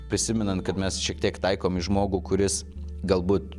prisimenant kad mes šiek tiek taikom į žmogų kuris galbūt